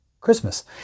Christmas